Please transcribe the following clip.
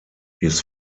his